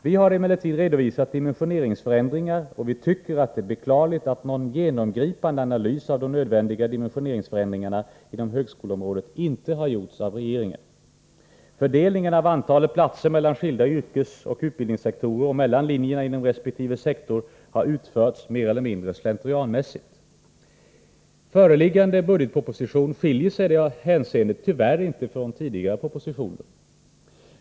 Vi har emellertid redovisat omfattande dimensioneringsförändringar, och vi tycker det är beklagligt att någon genomgripande analys av de nödvändiga dimensioneringsförändringarna inom högskoleområdet inte har gjorts av regeringen. Fördelningen av antalet platser mellan skilda yrkesutbildningssektorer och mellan linjerna inom resp. sektor har utförts mer eller mindre 127 slentrianmässigt. Föreliggande budgetproposition skiljer sig i detta hänseende inte från tidigare propositioner.